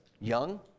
young